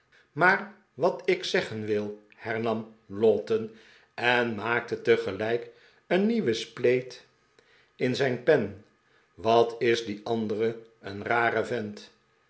maar wat ik zeggen wil hernam lowten en maakte tegelijk een nieuwe spleet in zijn pen wat is die andere een rare vent